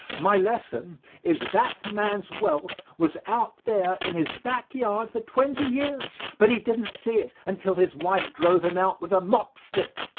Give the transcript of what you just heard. my lesson is that man's wealth was out there in his back yard for twenty years, but he didn't see it until his wife drove him out with a mop stick.